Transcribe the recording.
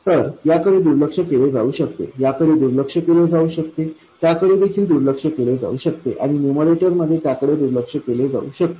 तर याकडे दुर्लक्ष केले जाऊ शकते याकडे दुर्लक्ष केले जाऊ शकते त्याकडे दुर्लक्ष केले जाऊ शकते आणि न्यूमरेटरमध्ये त्याकडे दुर्लक्ष केले जाऊ शकते